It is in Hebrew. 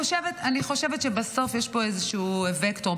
אני חושבת שבסוף יש פה איזשהו וקטור.